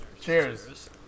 Cheers